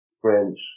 French